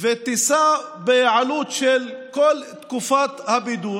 ותישא בעלות של כל תקופת הבידוד,